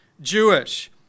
Jewish